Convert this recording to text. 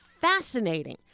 Fascinating